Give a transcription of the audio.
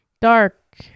dark